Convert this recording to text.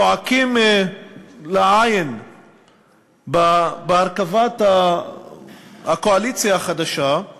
שזועקים לעין בהרכבת הקואליציה החדשה הוא